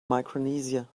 micronesia